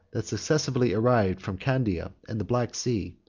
that successively arrived from candia and the black sea,